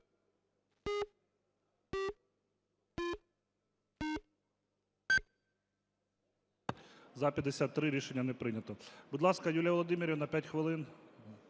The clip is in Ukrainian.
За-53 Рішення не прийнято. Будь ласка, Юлія Володимирівна, 5 хвилин.